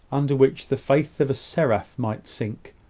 under which the faith of a seraph might sink.